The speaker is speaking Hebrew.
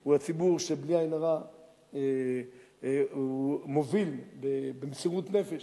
הוא הציבור שבלי עין הרע מוביל במסירות נפש